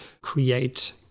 create